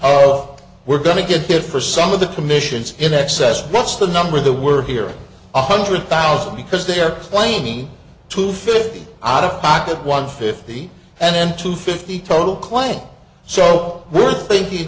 oh we're going to get it for some of the commissions in excess of what's the number the work here one hundred thousand because they're claiming to fifty out of pocket one fifty and then two fifty total quite so we're thinking